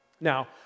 Now